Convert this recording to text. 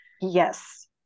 Yes